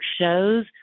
shows